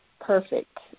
perfect